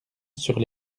sur